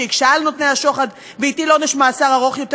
שהקשה על נותני השוחד והטיל עונש מאסר ארוך יותר